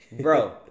Bro